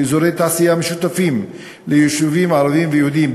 באזורי תעשייה משותפים ליישובים ערביים ויהודיים,